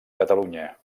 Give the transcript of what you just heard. catalunya